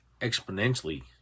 exponentially